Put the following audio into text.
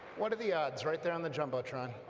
what are the odds, right there on the jumbotron